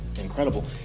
incredible